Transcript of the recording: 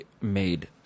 made